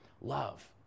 love